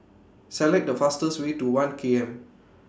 Select The fastest Way to one K M